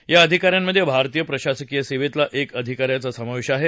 या अधिकाऱ्यांमधे भारतीय प्रशासकीय सेवेतल्या एका अधिकाऱ्याचा समावेश आहे